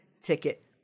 ticket